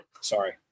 sorry